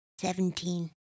Seventeen